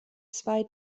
zwei